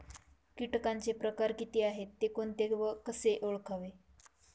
किटकांचे प्रकार किती आहेत, ते कोणते व कसे ओळखावे?